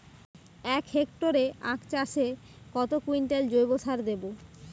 এক হেক্টরে আখ চাষে কত কুইন্টাল জৈবসার দেবো?